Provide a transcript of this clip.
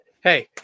hey